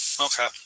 Okay